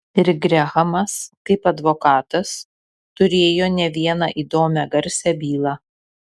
ir grehamas kaip advokatas turėjo ne vieną įdomią garsią bylą